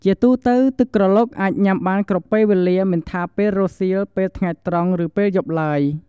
ជាទូទៅ ទឹកក្រឡុកអាចញុាំបានគ្រប់ពេលវេលាមិនថាពេលរសៀល ពេលថ្ងៃត្រង់ ឬពេលយប់ឡើយ។